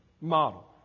model